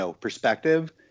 perspective